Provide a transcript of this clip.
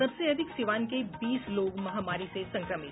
सबसे अधिक सिवान के बीस लोग महामारी से संक्रमित